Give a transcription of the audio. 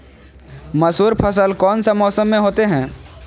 मसूर फसल कौन सा मौसम में होते हैं?